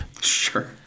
Sure